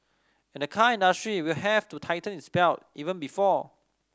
and the car industry will have to tighten its belt even before